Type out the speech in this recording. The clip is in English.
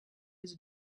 his